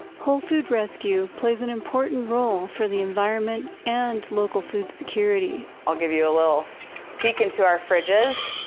hole food rescue plays an important role for the environment and local food security. i'll give you a little peek into our fridges.